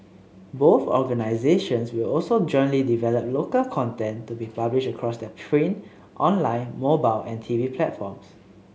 both organisations will also jointly develop local content to be published across their print online mobile and T V platforms